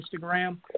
Instagram